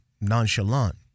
nonchalant